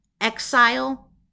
exile